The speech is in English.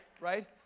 right